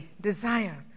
desire